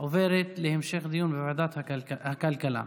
עוברת להמשך דיון בוועדת הכלכלה.